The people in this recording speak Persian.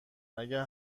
اگر